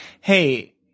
Hey